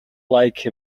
like